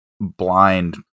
blind